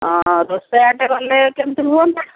ହଁ ରୋଷେଇଆଟେ କଲେ କେମିତି ହୁଅନ୍ତା